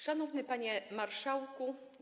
Szanowny Panie Marszałku!